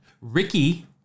Ricky